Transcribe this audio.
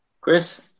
Chris